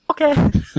Okay